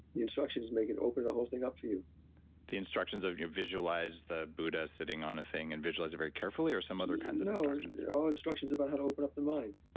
the instructions make it open the whole thing up for you the instructions of you visualize the buddha sitting on a thing and visualize it very carefully, or some other kinds of instructions? oh, instructions about how to open up the mind,